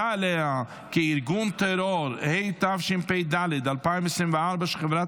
(אונר"א)), התשפ"ד 2024, לוועדת